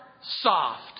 soft